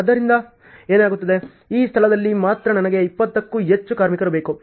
ಆದ್ದರಿಂದ ಏನಾಗುತ್ತದೆ ಈ ಸ್ಥಳದಲ್ಲಿ ಮಾತ್ರ ನನಗೆ 20 ಕ್ಕೂ ಹೆಚ್ಚು ಕಾರ್ಮಿಕರು ಬೇಕು